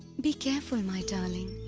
be careful my darling,